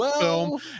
film